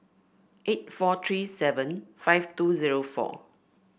eight four three seven five two zero four